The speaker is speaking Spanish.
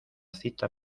cita